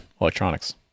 Electronics